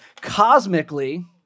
cosmically